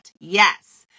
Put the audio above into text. Yes